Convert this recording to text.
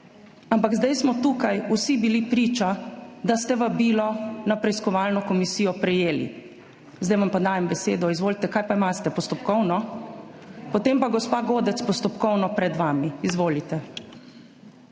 ampak zdaj smo tukaj vsi bili priča, da ste vabilo na preiskovalno komisijo prejeli. Zdaj vam pa dajem besedo, izvolite. Kaj pa imate? Postopkovno? Potem pa gospa Godec postopkovno pred vami. Izvolite.